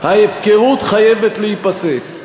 זכויות של, ההפקרות חייבת להיפסק.